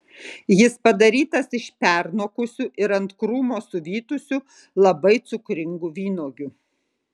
jis padarytas iš pernokusių ir ant krūmo suvytusių labai cukringų vynuogių